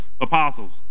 apostles